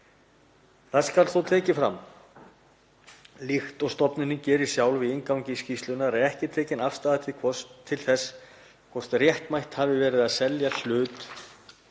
Það skal þó tekið fram, líkt og stofnunin gerir sjálf í inngangi skýrslunnar, að ekki er tekin afstaða til þess hvort réttmætt hafi verið að selja hlut